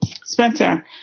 Spencer